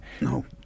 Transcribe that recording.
No